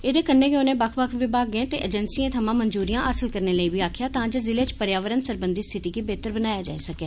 एदे कन्नै गै उनें बक्ख बक्ख विभागें ते एजेंसियें थमां मंजूरियां हासल करने लेई बी आक्खेया तां जे ज़िले च पर्यावरण सरबंधी स्थिति गी बेहतर बनाया जाई सकै